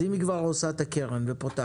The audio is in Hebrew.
אז אם היא כבר עושה את הקרן ופותחת,